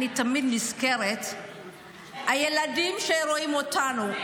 אני תמיד נזכרת בילדים שרואים אותנו,